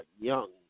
young